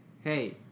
hey